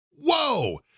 Whoa